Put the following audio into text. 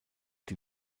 die